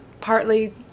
partly